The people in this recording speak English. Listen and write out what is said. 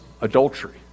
adultery